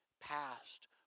past